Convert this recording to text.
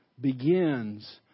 begins